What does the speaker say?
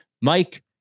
Mike